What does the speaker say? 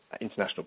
international